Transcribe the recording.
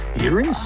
Earrings